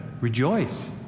rejoice